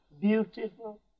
beautiful